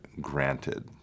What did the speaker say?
granted